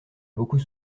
beaucoup